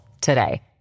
today